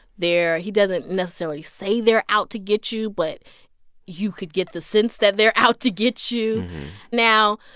they're he doesn't necessarily say they're out to get you, but you could get the sense that they're out to get you now,